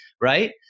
right